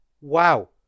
wow